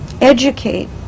educate